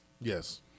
Yes